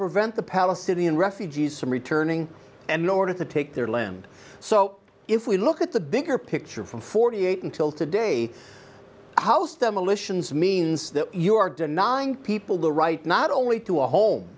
prevent the palestinian refugees from returning and ordered to take their land so if we look at the bigger picture from forty eight until today house demolitions means that you are denying people the right not only to our home